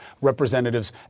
Representatives